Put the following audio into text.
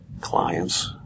clients